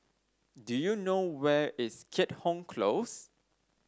do you know where is Keat Hong Close